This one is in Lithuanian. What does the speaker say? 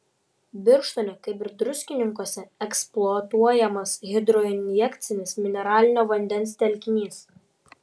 birštone kaip ir druskininkuose eksploatuojamas hidroinjekcinis mineralinio vandens telkinys